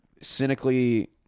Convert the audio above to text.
cynically